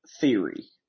theory